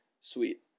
sweet